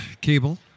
Cable